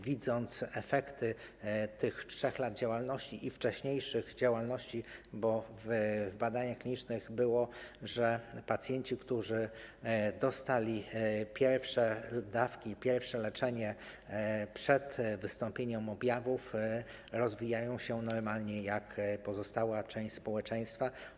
Widzimy efekty tych 3 lat działalności i wcześniejszych działalności, bo biorący udział w badaniach klinicznych pacjenci, którzy dostali pierwsze dawki, pierwsze leczenie przed wystąpieniem objawów, rozwijają się normalnie jak pozostała część społeczeństwa.